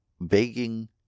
Begging